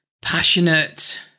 passionate